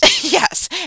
Yes